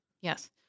Yes